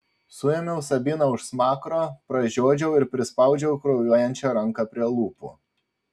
suėmiau sabiną už smakro pražiodžiau ir prispaudžiau kraujuojančią ranką prie lūpų